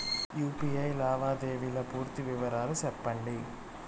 UPI లావాదేవీల పూర్తి వివరాలు సెప్పండి?